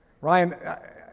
Ryan